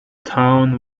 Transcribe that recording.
town